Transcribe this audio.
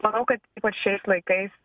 manau kad ypač šiais laikais